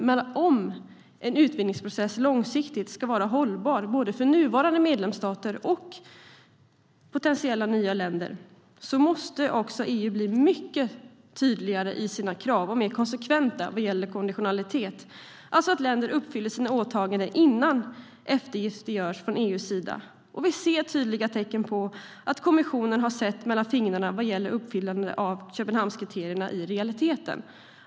Men om en utvidgningsprocess långsiktigt ska vara hållbar både för nuvarande medlemsstater och för potentiella nya länder måste EU bli mycket tydligare i sina krav och mer konsekvent vad gäller konditionalitet, alltså att länder uppfyller sina åtaganden innan eftergifter görs från EU:s sida. Vi ser tydliga tecken på att kommissionen har sett mellan fingrarna vad gäller uppfyllande av Köpenhamnskriterierna i realiteten.